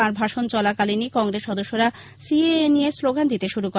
তাঁর ভাষণ চলাকালীনই কংগ্রেস সদস্যরা সি এ এ নিয়ে স্লোগান দিতে শুরু করে